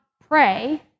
pray